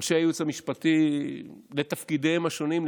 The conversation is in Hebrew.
אנשי הייעוץ המשפטי בתפקידיהם השונים,